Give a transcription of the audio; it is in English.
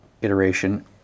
iteration